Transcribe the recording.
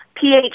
pH